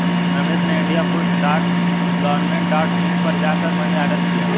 रमेश ने India post dot government dot in पर जा कर मनी ऑर्डर किया